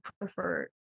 prefer